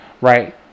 right